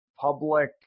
public